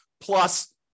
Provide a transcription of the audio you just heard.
plus